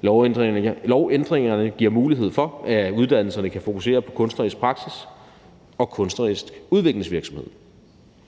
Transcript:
Lovændringerne giver mulighed for, at uddannelserne kan fokusere på kunstnerisk praksis og kunstnerisk udviklingsvirksomhed,